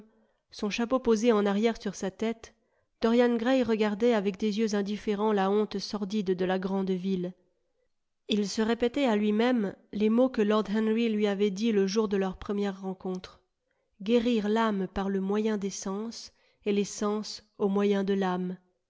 son chapeau posé en arrière sur sa tête dorian gray regardait avec des yeux indifférents la honte sordide de la grande ville il se répétait à lui-même les mots que lord henry lui avait dits le jour de leur première rencontre guérir l'âme par le moyen des sens et les sens au moyen de l'âme